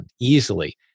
easily